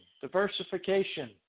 diversification